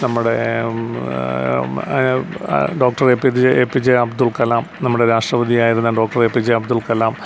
നമ്മുടെ doctor A P J A P J Abdul Kalam നമ്മുടെ രാഷ്ട്രപതിയായിരുന്ന doctor A P J Abdul Kalam